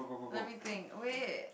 let me think wait